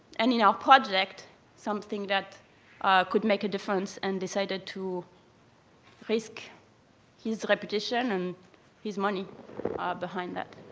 and in our project something that could make a difference and decided to risk his reputation and his money behind that.